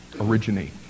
originate